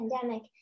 pandemic